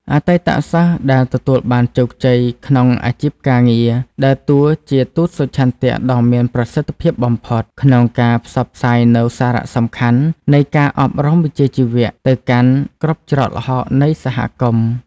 អតីតសិស្សដែលទទួលបានជោគជ័យក្នុងអាជីពការងារ ដើរតួជាទូតសុឆន្ទៈដ៏មានប្រសិទ្ធភាពបំផុត ក្នុងការផ្សព្វផ្សាយនូវសារៈសំខាន់នៃការអប់រំវិជ្ជាជីវៈទៅកាន់គ្រប់ច្រកល្ហកនៃសហគមន៍។